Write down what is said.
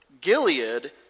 Gilead